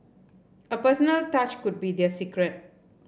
a personal touch could be their secret